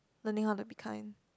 learning how to be kind